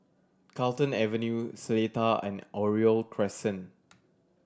Carlton Avenue Seletar and Oriole Crescent